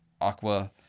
aqua